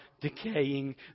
decaying